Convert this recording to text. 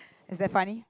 is that funny